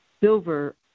silver